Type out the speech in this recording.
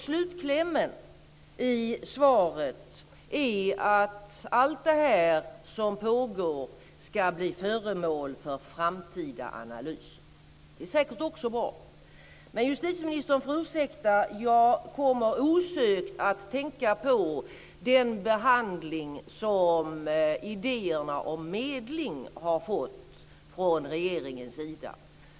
Slutklämmen i svaret är att allt det som pågår ska bli föremål för framtida analyser. Det är säkert också bra, men justitieministern får ursäkta; jag kommer osökt att tänka på den behandling som idéerna om medling har fått från regeringens sida.